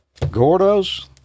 Gordos